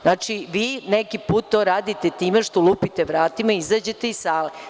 Znači, vi neki put to radite time što lupite vratima i izađete iz sale.